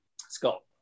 Scott